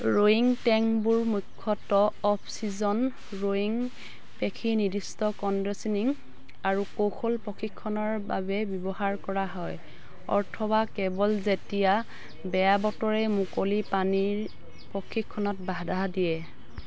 rowing টেংকবোৰ মূখ্যতঃ off season rowing পেশী নিৰ্দিষ্ট কণ্ডিশ্বনিং আৰু কৌশল প্ৰশিক্ষণৰ বাবে ব্যৱহাৰ কৰা হয় অথবা কেৱল যেতিয়া বেয়া বতৰে মুকলি পানীৰ প্ৰশিক্ষণত বাধা দিয়ে